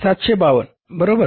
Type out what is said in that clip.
752 बरोबर